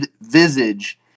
visage